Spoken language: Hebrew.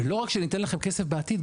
ולא רק שניתן לכם כסף בעתיד,